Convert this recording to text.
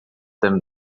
them